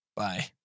Bye